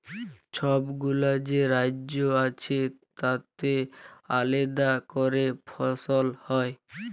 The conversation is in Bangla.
ছবগুলা যে রাজ্য আছে তাতে আলেদা ক্যরে ফসল হ্যয়